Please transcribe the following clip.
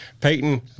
Peyton